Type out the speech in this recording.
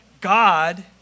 God